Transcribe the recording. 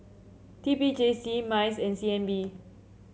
T P J C MICE and C N B